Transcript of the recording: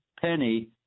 Penny